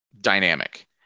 dynamic